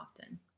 often